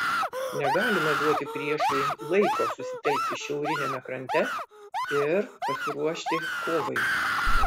negalima duoti priešui laiko susitelkti šiauriniame krante ir pasiruošti kovai